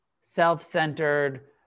self-centered